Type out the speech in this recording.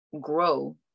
grow